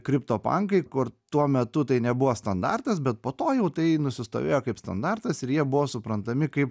kripto pankai kur tuo metu tai nebuvo standartas bet po to jau tai nusistovėjo kaip standartas ir jie buvo suprantami kaip